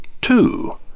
Two